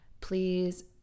please